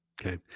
Okay